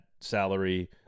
salary